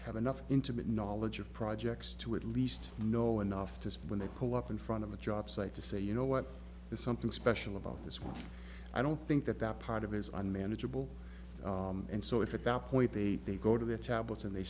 have enough intimate knowledge of projects to at least know enough to when they pull up in front of a job site to say you know what there's something special about this one i don't think that that part of his unmanageable and so if at that point they go to their tablets and they